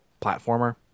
platformer